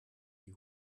die